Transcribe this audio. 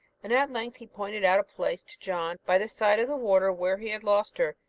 and at length he pointed out a place to john by the side of the water where he had lost her.